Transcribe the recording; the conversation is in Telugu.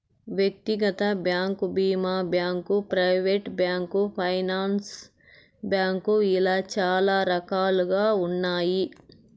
వ్యక్తిగత బ్యాంకు భీమా bank, private bank, finance bank ఇలా చాలా రకాలుగా ఉన్నాయి